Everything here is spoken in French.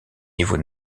niveau